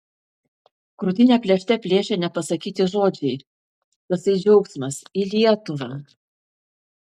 krūtinę plėšte plėšė nepasakyti žodžiai tasai džiaugsmas į lietuvą